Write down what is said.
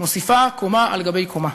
מוסיפה קומה על גבי קומה.